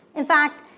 in fact,